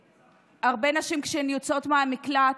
הרבה נשים כשהן יוצאות מהמקלט,